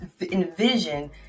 envision